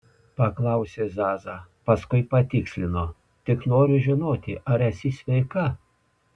paklausė zaza paskui patikslino tik noriu žinoti ar esi sveika